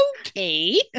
okay